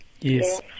Yes